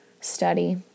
study